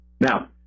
Now